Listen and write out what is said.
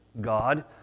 God